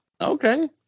Okay